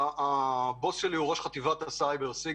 הבוס שלי הוא ראש חטיבת הסייבר.